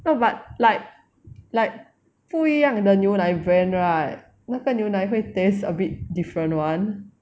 no but like like 不一样的牛奶 brand right 那个牛奶会 taste a bit different [one]